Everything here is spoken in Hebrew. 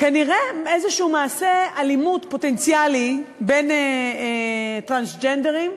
כנראה איזה מעשה אלימות פוטנציאלי בין טרנסג'נדרים,